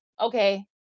Okay